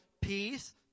peace